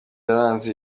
yaranze